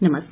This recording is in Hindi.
नमस्कार